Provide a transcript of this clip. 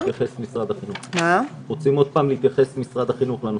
משרד החינוך רוצה להתייחס לזה.